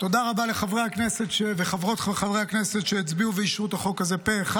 תודה רבה לחברי הכנסת וחברות הכנסת שהצביעו ואישרו את החוק הזה פה אחד.